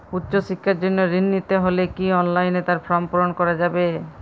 উচ্চশিক্ষার জন্য ঋণ নিতে হলে কি অনলাইনে তার ফর্ম পূরণ করা যাবে?